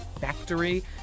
factory